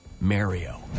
Mario